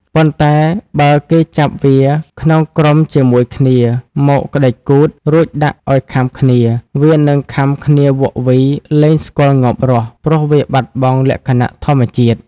ប៉ុន្តែបើគេចាប់វាក្នុងក្រុមជាមួយគ្នាមកក្ដិចគូទ រួចដាក់ឲ្យខាំគ្នា វានឹងខាំគ្នាវក់វី លែស្គាល់ងាប់រស់ ព្រោះវាបាត់បង់លក្ខណៈធម្មជាតិ ។